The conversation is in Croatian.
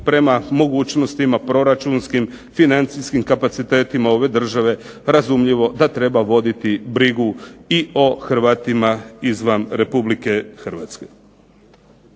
prema mogućnostima proračunskim, financijskim kapacitetima ove države razumljivo da treba voditi brigu i o Hrvatima izvan RH.